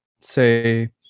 say